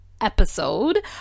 episode